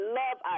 love